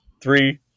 three